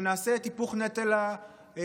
נעשה את היפוך נטל הראיה,